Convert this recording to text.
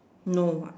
no